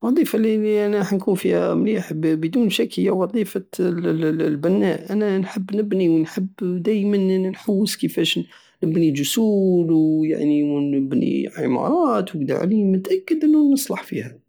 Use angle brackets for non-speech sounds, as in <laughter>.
الوظيفة الي- الي انا رح نكون فيها مليح بدون شك هي وظيفة <hesitation> البناء انا نحب نبني ونحب دايمن نحوس كيفاش نبني جسور ويعني ونبني عمارات دعم- متاكد انو نصلح فيها